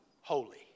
holy